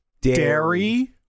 dairy